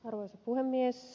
arvoisa puhemies